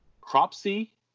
Cropsey